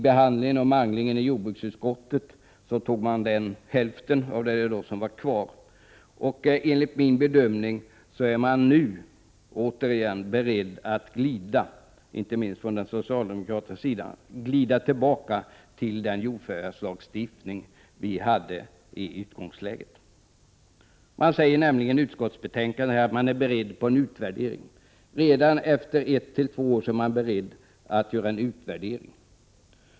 Under manglingen i jordbruksutskottet tog man bort hälften av det som var kvar. Enligt min bedömning är man nu återigen, inte minst från den socialdemokratiska sidan, beredd att glida tillbaka till den jordförvärvslagstiftning vi hade i utgångsläget. I utskottsbetänkandet säger man nämligen att man är beredd att göra en utvärdering — redan efter ett å två år!